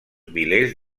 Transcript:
milers